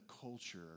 culture